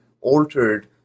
altered